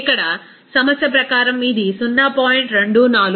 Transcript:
ఇక్కడ సమస్య ప్రకారం ఇది 0